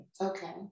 Okay